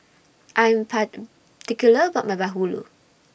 I Am Par about My Bahulu